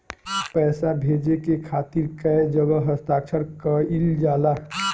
पैसा भेजे के खातिर कै जगह हस्ताक्षर कैइल जाला?